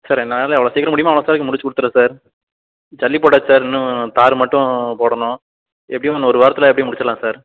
sir என்னால் எவ்ளவு சீக்கிரம் முடியுமோ அவ்ளவு சீக்கிரம் முடிச்சு குடுத்துடறேன் சார் ஜல்லி போட்டாச்சு சார் இன்னும் தார் மட்டும் போடணும் எப்படியும் இன்னும் ஒரு வாரத்தில் எப்படியும் முடிச்சுடலாம் சார்